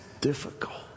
difficult